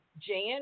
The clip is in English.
Jan